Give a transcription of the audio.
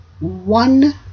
one